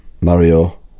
Mario